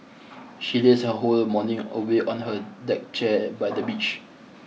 she lazed her whole morning away on her deck chair by the beach